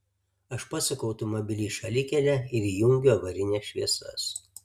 aš pasuku automobilį į šalikelę ir įjungiu avarines šviesas